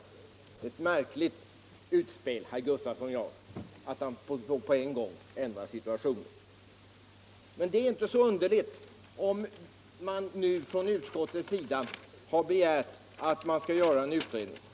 Det är ett märkligt utspel herr Gustafsson gör när han så på en gång ändrar situationen. Det är inte så underligt att utskottet nu begärt att det skall göras en utredning.